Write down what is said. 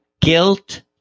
Guilt